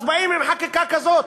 אז באים עם חקיקה כזאת.